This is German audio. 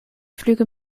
flüge